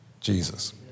Jesus